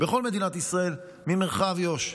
בכל מדינת ישראל ממרחב יו"ש.